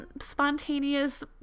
spontaneous